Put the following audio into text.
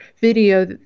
video